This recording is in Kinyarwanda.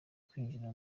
kwinjira